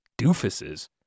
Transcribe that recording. doofuses